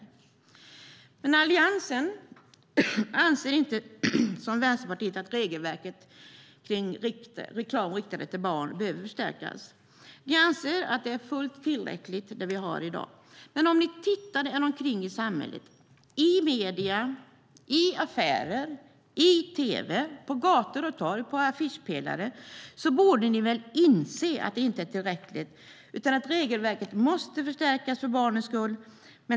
Ni inom Alliansen anser dock inte, såsom Vänsterpartiet, att regelverket om reklam riktad till barn behöver förstärkas. Ni anser att det vi har i dag är fullt tillräckligt. Men om ni ser er omkring i samhället - i medierna, i affärer, i tv, på affischpelare på gator och torg - borde ni väl inse att det inte är tillräckligt, utan regelverket måste förstärkas för barnens skull.